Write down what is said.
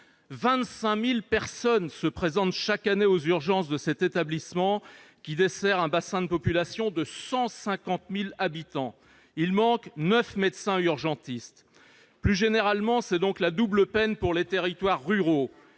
25 000 personnes qui se présentent chaque année aux urgences de cet établissement, lequel dessert un bassin de population de 150 000 habitants et où il manque neuf médecins urgentistes. Plus généralement, c'est donc la double peine pour les territoires ruraux,